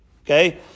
Okay